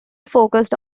focused